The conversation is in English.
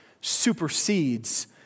supersedes